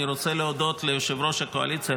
אני רוצה להודות ליושב-ראש הקואליציה,